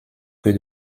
que